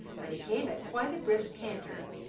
but he came at quite a brisk canter.